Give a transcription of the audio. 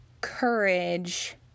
courage